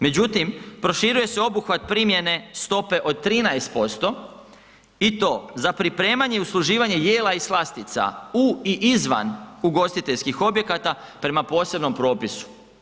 Međutim, proširuje se obuhvat primjene stope od 13% i to za pripremanje i usluživanje jela i slastica u i izvan ugostiteljskih objekata prema posebnom propisu.